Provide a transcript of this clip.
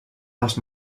als